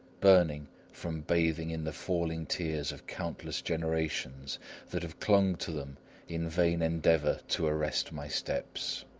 burning from bathing in the falling tears of countless generations that have clung to them in vain endeavour to arrest my steps.